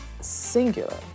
singular